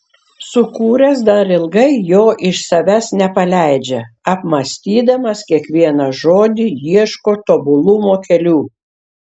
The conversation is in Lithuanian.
sukūręs dar ilgai jo iš savęs nepaleidžia apmąstydamas kiekvieną žodį ieško tobulumo kelių